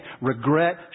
Regret